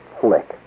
Flick